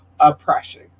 oppression